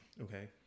okay